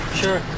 sure